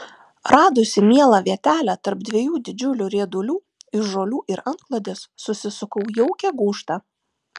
radusi mielą vietelę tarp dviejų didžiulių riedulių iš žolių ir antklodės susisukau jaukią gūžtą